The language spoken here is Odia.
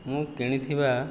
ମୁଁ କିଣିଥିବା